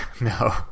no